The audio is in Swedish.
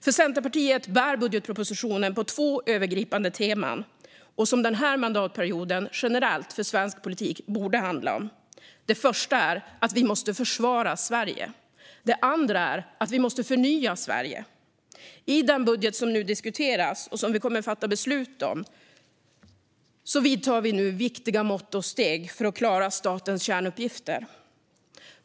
För Centerpartiet bär budgetpropositionen på två övergripande teman, som denna mandatperiod generellt för svensk politik borde handla om. Det första är att vi måste försvara Sverige. Det andra är att vi måste förnya Sverige. I den budget som nu debatteras och som vi kommer att fatta beslut om vidtar vi viktiga mått och steg för att klara statens kärnuppgifter.